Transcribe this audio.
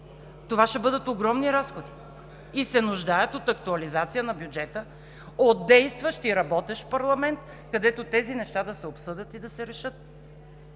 Това ще бъдат огромни разходи и се нуждаят от актуализация на бюджета, от действащ и работещ парламент, където тези неща да се обсъдят и да се решат.